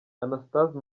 anastase